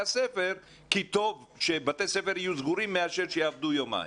הספר כי טוב שבתי ספר יהיו סגורים מאשר יעבדו יומיים.